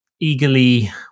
eagerly